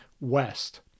West